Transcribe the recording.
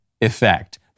effect